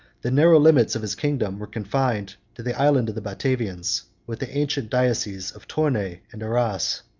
the narrow limits of his kingdom were confined to the island of the batavians, with the ancient dioceses of tournay and arras